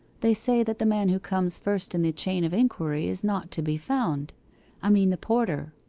they say that the man who comes first in the chain of inquiry is not to be found i mean the porter